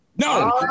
No